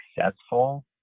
successful